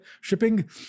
shipping